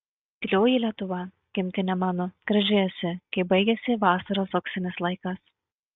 tylioji lietuva gimtine mano graži esi kai baigiasi vasaros auksinis laikas